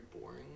boring